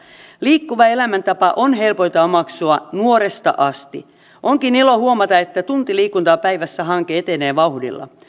liikkuva elämäntapa on helpointa omaksua nuoresta asti onkin ilo huomata että tunti liikuntaa päivässä hanke etenee vauhdilla